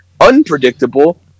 unpredictable